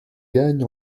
gagne